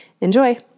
Enjoy